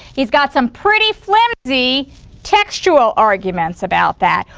he's got some pretty flimsy textual arguments about that.